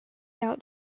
out